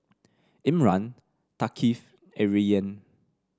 Imran Thaqif and Rayyan